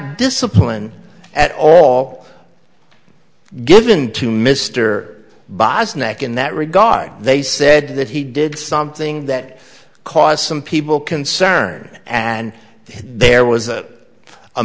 discipline at all given to mr bosniak in that regard they said that he did something that caused some people concerned and there was a a